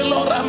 Lord